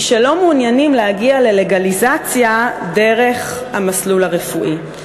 היא שלא מעוניינים להגיע ללגליזציה דרך המסלול הרפואי.